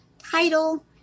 title